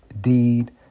deed